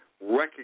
recognize